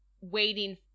waiting